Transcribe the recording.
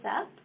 up